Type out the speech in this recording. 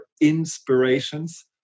inspirations